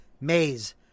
Maze